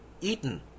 eaten